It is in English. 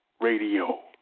Radio